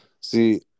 See